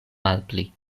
malpli